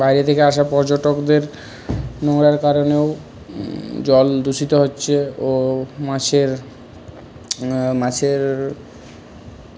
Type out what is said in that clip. বাইরে থেকে আসা পর্যটকদের উহার কারণেও জল দূষিত হচ্ছে ও মাছের মাছের